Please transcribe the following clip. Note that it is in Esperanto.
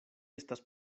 estas